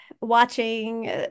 watching